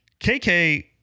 KK